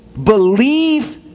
believe